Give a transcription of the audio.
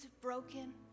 broken